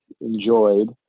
enjoyed